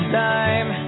time